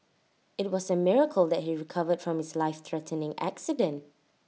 IT was A miracle that he recovered from his life threatening accident